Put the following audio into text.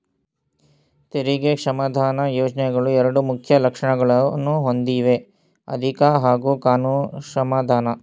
ತೆರಿಗೆ ಕ್ಷಮಾದಾನ ಯೋಜ್ನೆಗಳು ಎರಡು ಮುಖ್ಯ ಲಕ್ಷಣಗಳನ್ನ ಹೊಂದಿವೆಆರ್ಥಿಕ ಹಾಗೂ ಕಾನೂನು ಕ್ಷಮಾದಾನ